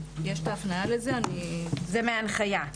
זה מההנחיה?